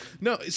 No